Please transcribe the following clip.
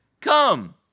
come